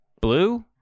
blue